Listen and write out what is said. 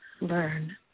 learn